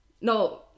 No